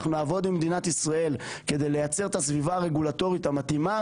אנחנו נעבוד עם מדינת ישראל כדי לייצר את הסביבה הרגולטורית המתאימה